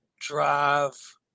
drive